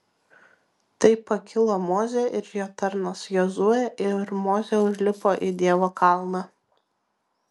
tai pakilo mozė ir jo tarnas jozuė ir mozė užlipo į dievo kalną